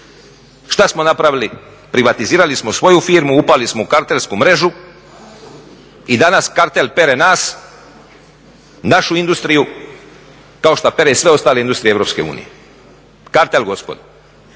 Što smo napravili? Privatizirali smo svoju firmu, upali smo u kartelsku mrežu i danas kartel pere nas, našu industriju kao što pere i sve ostale industrije EU. Kartel, gospodo.